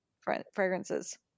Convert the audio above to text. fragrances